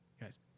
guys